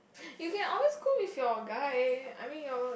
you can always go with your guy I mean y'all like